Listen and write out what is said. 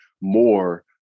more